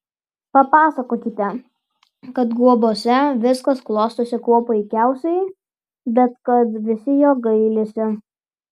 papasakokite kad guobose viskas klostosi kuo puikiausiai bet kad visi jos ilgisi